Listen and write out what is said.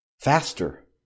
faster